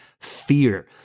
fear